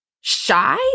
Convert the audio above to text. shy